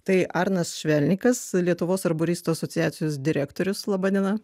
tai arnas švelnikas lietuvos arboristų asociacijos direktorius laba diena